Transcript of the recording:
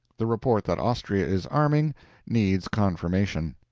the report that austria is arming needs confirmation.